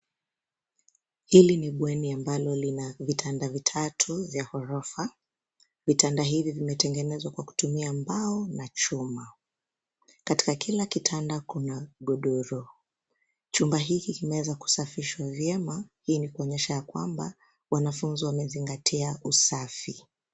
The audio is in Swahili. Hili ni bweni ambalo lina vitanda vitatu vya gorofa vitanda hivi vimetengenezwa kwa kutumia mbao na chuma. Katika kila kitanda kuna godoro, chumba hiki kimeweza kusafishwa vyema, hii ni kuonyesha ya kwamba wanafunzi wamezingatia usafi.